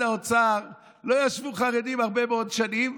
האוצר לא ישבו חרדים הרבה מאוד שנים,